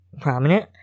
prominent